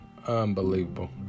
Unbelievable